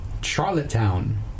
Charlottetown